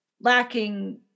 lacking